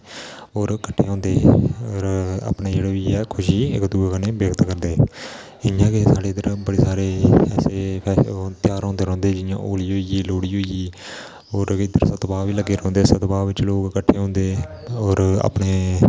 होर किट्ठे होंदे होर अपना जेह्ड़ा बी खुशी इक दुऐ कन्ने व्यक्त करदे इ'यां गै साढ़े इद्धर बड़् सारे ऐसे तेहार होंदे रौंह्दे जि'यां होली होई गेई लोह्ड़ी होई गेई और इद्धर सप्ताह बी लग्गे रौंह्दे सप्ताह च लौक कट्ठे होंदे होर अपने